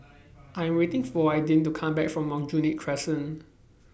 I Am waiting For Adin to Come Back from Aljunied Crescent